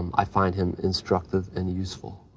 i find him instructive and useful